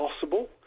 possible